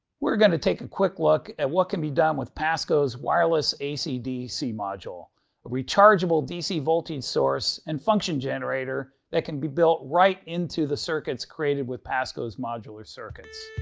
we're going to take a quick look at what can be done with pasco's wireless ac dc module, a rechargeable dc voltage source and function generator that can be built right into the circuits created with pasco's modular circuits.